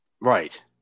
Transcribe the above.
right